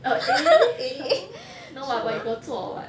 uh eh true no ah but you got 做 [what]